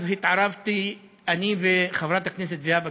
אז התערבתי, אני וחברת הכנסת זהבה גלאון,